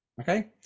okay